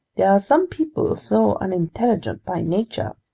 there are some people so unintelligent by nature.